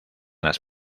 las